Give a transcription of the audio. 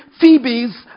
Phoebe's